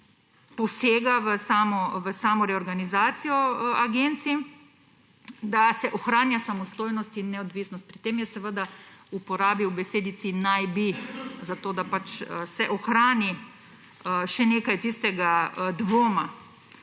posega v samo reorganizacijo agencij − ohranja samostojnost in neodvisnost. Pri tem je uporabil besedici »naj bi«, zato da se ohrani še nekaj tistega dvoma.